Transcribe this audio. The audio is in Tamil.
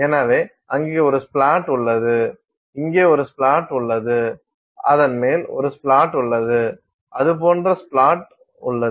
எனவே அங்கே ஒரு ஸ்ப்ளாட் உள்ளது இங்கே ஒரு ஸ்ப்ளாட் உள்ளது அதன் மேல் ஒரு ஸ்ப்ளாட் உள்ளது அது போன்ற ஒரு ஸ்ப்ளாட் உள்ளது